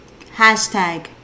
hashtag